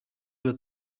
were